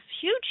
huge